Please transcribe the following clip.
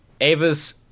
Ava's